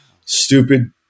stupid